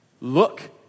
look